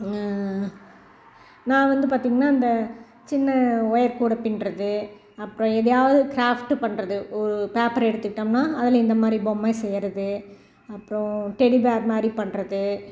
நான் வந்து பார்த்தீங்கன்னா அந்த சின்ன ஒயர் கூடை பின்னுறது அப்புறம் எதையாவது க்ராஃப்ட்டு பண்ணுறது ஒரு பேப்பர் எடுத்துகிட்டோம்னா அதில் இந்த மாதிரி பொம்மை செய்கிறது அப்புறம் டெடி பேர் மாதிரி பண்ணுறது